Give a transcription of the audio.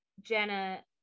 Jenna